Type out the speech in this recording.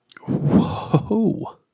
Whoa